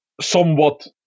somewhat